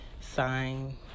sign